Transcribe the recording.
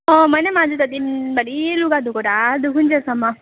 अँ मैले पनि आज त दिनभरि लुगा धोएको ढाड दुखिन्जेलसम्म